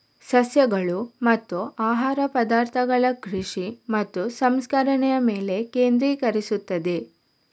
ಸಸ್ಯಗಳು ಮತ್ತು ಆಹಾರ ಪದಾರ್ಥಗಳ ಕೃಷಿ ಮತ್ತು ಸಂಸ್ಕರಣೆಯ ಮೇಲೆ ಕೇಂದ್ರೀಕರಿಸುತ್ತದೆ